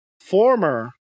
former